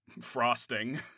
frosting